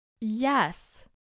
Yes